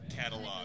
catalog